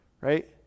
Right